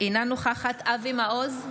אינה נוכחת אבי מעוז,